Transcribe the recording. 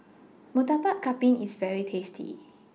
Murtabak Kambing IS very tasty